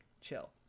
chill